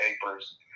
papers